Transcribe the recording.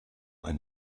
ein